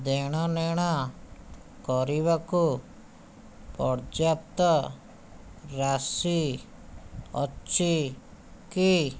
ଦେଣନେଣ କରିବାକୁ ପର୍ଯ୍ୟାପ୍ତ ରାଶି ଅଛି କି